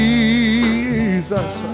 Jesus